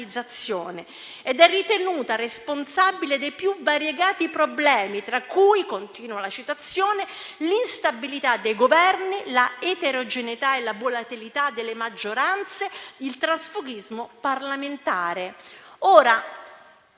ed è ritenuta responsabile dei più variegati problemi, tra cui l'instabilità dei Governi, la eterogeneità e la volatilità delle maggioranze, il trasfughismo parlamentare.